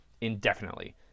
indefinitely